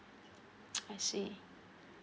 I see